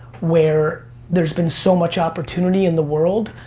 where there's been so much opportunity in the world.